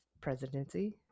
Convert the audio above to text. presidency